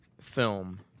film